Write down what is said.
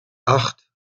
acht